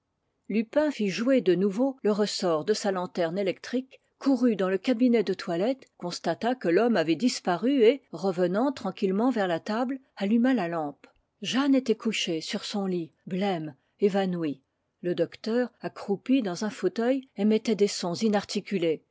lupin fit jouer de nouveau le ressort de sa lanterne électrique courut dans le cabinet de toilette constata que l'homme avait disparu et revenant tranquillement vers la table alluma la lampe jeanne était couchée sur son lit blême évanouie le docteur accroupi dans un fauteuil émettait des sons